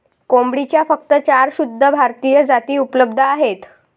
कोंबडीच्या फक्त चार शुद्ध भारतीय जाती उपलब्ध आहेत